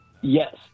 Yes